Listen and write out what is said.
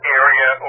area